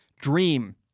dream